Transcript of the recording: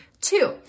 Two